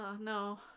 No